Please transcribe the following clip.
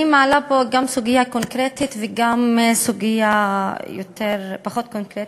אני מעלה פה גם סוגיה קונקרטית וגם סוגיה פחות קונקרטית,